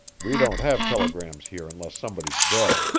we don't have telegrams here unless somebody's dead.